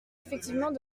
effectivement